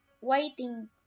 waiting